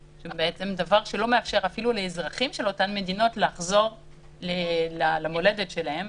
דבר שלא מאפשר אפילו לאזרחים של אותן מדינות לחזור למולדת שלהן.